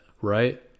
right